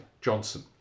Johnson